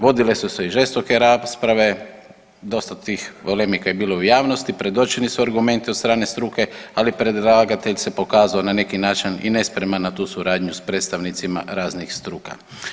Vodile su se i žestoke rasprave, dosta tih polemika je bilo u javnosti, predočeni su argumenti od strane struke ali predlagatelj se pokazao na neki način i nespreman na tu suradnju sa predstavnicima raznih struka.